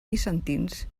bizantins